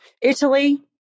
Italy